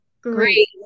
Great